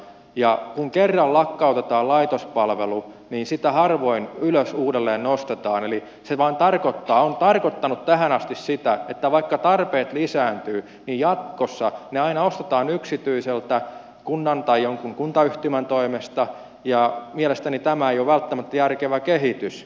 ja kun kerran lakkautetaan laitospalvelu niin sitä harvoin ylös uudelleen nostetaan eli se vain tarkoittaa on tarkoittanut tähän asti sitä että vaikka tarpeet lisääntyvät niin jatkossa ne aina ostetaan yksityiseltä kunnan tai jonkun kuntayhtymän toimesta ja mielestäni tämä ei ole välttämättä järkevä kehitys